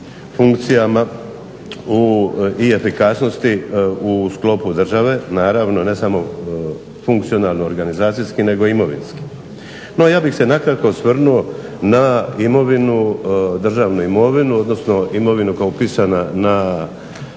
funkcijama i efikasnosti u sklopu države, naravno ne samo funkcionalno organizacijski nego i imovinski. No ja bih se nakratko osvrnuo na državnu imovinu, odnosno imovinu koja je u posjedu